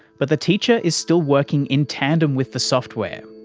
but the teacher is still working in tandem with the software.